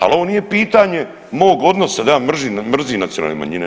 Ali ovo nije pitanje mog odnosa da ja mrzim nacionalne manjine.